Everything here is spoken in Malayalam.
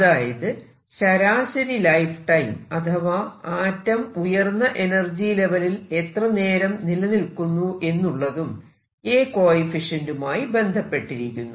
അതായത് ശരാശരി ലൈഫ് ടൈം അഥവാ ആറ്റം ഉയർന്ന എനർജി ലെവലിൽ എത്ര നേരം നിലനിൽക്കുന്നു എന്നുള്ളതും A കോയെഫിഷ്യന്റുമായി ബന്ധപ്പെട്ടിരിക്കുന്നു